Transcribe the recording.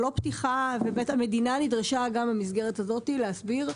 פתיחה, והמדינה נדרשה גם במסגרת הזו להסביר,